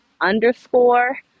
underscore